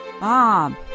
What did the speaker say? Bob